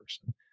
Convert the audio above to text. person